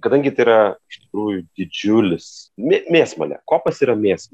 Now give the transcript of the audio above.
kadangi tai yra iš tikrųjų didžiulis mėsmalė kopas yra mėsmalė